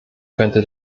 könnte